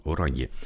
Oranje